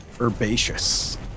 herbaceous